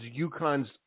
UConn's